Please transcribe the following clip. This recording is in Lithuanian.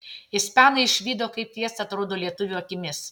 ispanai išvydo kaip fiesta atrodo lietuvių akimis